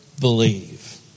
believe